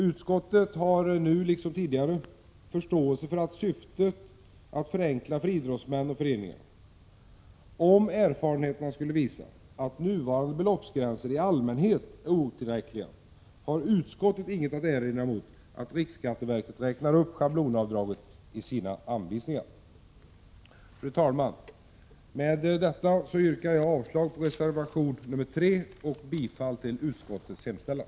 Utskottet har nu, liksom tidigare, förståelse för syftet att förenkla för idrottsmännen och föreningarna. Om erfarenheterna skulle visa att nuvarande beloppsgränser i allmänhet är otillräckliga, har utskottet inget att erinra emot att riksskatteverket räknar upp schablonavdraget i sina anvisningar. Fru talman! Med detta yrkar jag avslag på reservation nr 3 och bifall till utskottets hemställan.